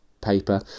paper